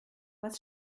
was